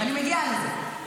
אני מגיעה לזה.